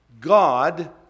God